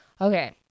Okay